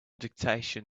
dictation